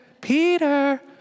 Peter